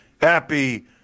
Happy